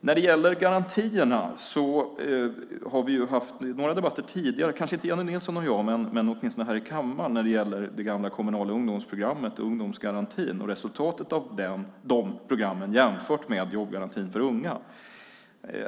När det gäller garantierna har vi haft några debatter tidigare - kanske inte Jennie Nilsson och jag, men åtminstone i kammaren - när det gäller det gamla kommunala ungdomsprogrammet, ungdomsgarantin, och resultatet av det programmet jämfört med jobbgarantin för unga.